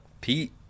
Pete